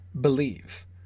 Believe